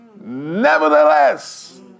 nevertheless